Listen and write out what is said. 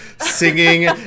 singing